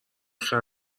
خیلی